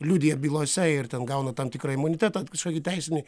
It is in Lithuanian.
liudija bylose ir ten gauna tam tikrą imunitetą kažkokį teisinį